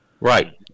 Right